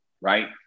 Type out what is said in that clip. right